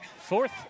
Fourth